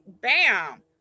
bam